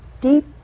deep